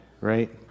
right